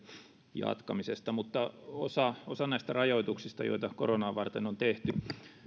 jatkamisesta mutta osa osa näistä rajoituksista joita koronaa varten on tehty